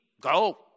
go